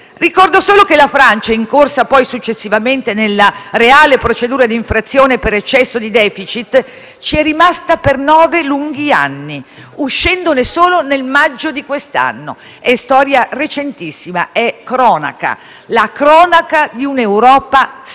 Ricordo solo che la Francia, incorsa poi successivamente nella reale procedure di infrazione per eccesso di *deficit*, ci è rimasta per nove lunghi anni, uscendone solo nel maggio di quest'anno. È storia recentissima, è cronaca: la cronaca di un'Europa strabica,